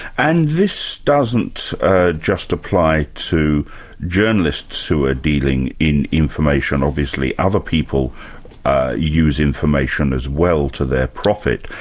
and this doesn't just apply to journalists who are dealing in information, obviously other people use information as well, to their profit,